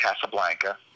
Casablanca